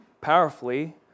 Powerfully